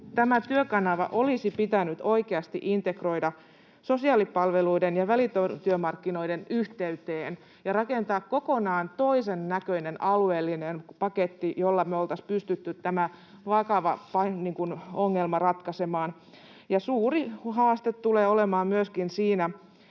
tämä Työkanava olisi pitänyt oikeasti integroida sosiaalipalveluiden ja välityömarkkinoiden yhteyteen ja rakentaa kokonaan toisen näköinen alueellinen paketti, jolla me oltaisiin pystytty tämä vakava ongelma ratkaisemaan. Suuri haaste tulee olemaan myöskin tässä